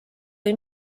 või